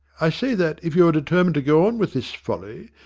i say that, if you are determined to go on with this folly,